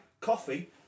coffee